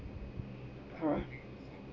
correct